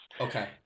Okay